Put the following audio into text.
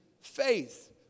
faith